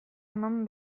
eman